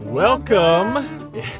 Welcome